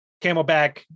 Camelback